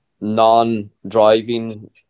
non-driving